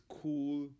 cool